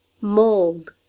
mold